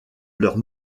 leurs